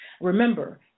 Remember